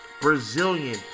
Brazilian